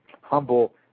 humble